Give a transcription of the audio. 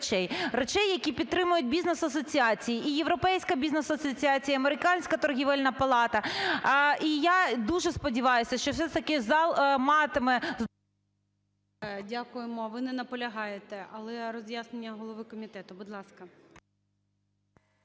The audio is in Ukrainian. Речей, які підтримають бізнес-асоціації: і "Європейська Бізнес Асоціація", і Американська торгівельна палата. І я дуже сподіваюся, що все ж таки зал матиме… ГОЛОВУЮЧИЙ. Дякуємо. Ви не наполягаєте? Але роз'яснення голови комітету. Будь ласка.